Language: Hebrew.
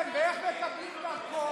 כן, ואיך תקבלי דרכון?